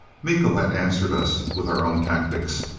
miko had answered us with our own tactics.